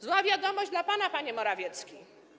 Zła wiadomość dla pana, panie Morawiecki.